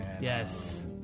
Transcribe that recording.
Yes